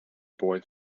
boy